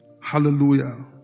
Hallelujah